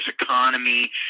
economy